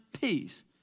peace